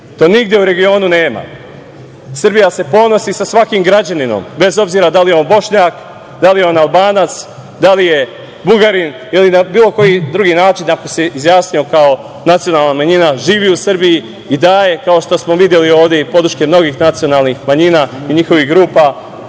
To nigde u regionu nema. Srbija se ponosi svakim građaninom, bez obzira da li je on Bošnjak, da li je on Albanac, da li je Bugarin ili na bilo koji drugi način ako se izjasnio kao nacionalna manjina, živi u Srbiji i daje, kao što smo videli ovde i podršku mnogih nacionalnih manjina i njihovih grupa,